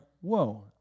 whoa